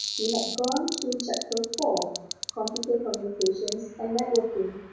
we had gone through chapter four computer communications and networking.